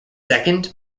second